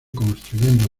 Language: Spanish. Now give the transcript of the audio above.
construyendo